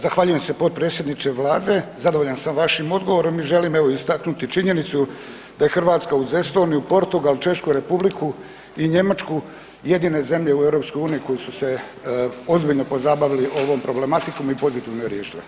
Zahvaljujem se potpredsjedniče Vlade, zadovoljan sam vašim odgovorom i želim evo istaknuti činjenicu da je Hrvatska uz Estoniju, Portugal, Češku Republiku i Njemačku jedine zemlje u EU koje su se ozbiljno pozabavili ovom problematikom i pozitivno je riješile.